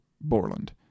Borland